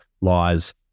laws